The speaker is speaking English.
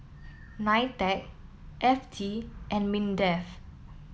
NITEC F T and MINDEF